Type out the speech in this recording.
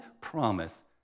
promise